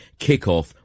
Kickoff